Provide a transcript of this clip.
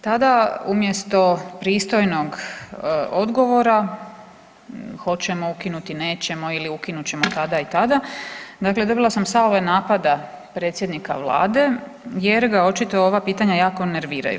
Tada umjesto pristojnog odgovora hoćemo li ukinuti, nećemo ili ukinut ćemo tada i tada dakle dobila sam … [[ne razumije se]] napada predsjednika Vlade jer ga očito ova pitanja jako nerviraju.